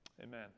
Amen